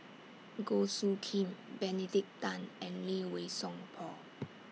Goh Soo Khim Benedict Tan and Lee Wei Song Paul